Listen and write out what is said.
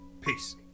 Peace